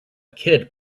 kid